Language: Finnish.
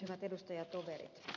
hyvät edustajatoverit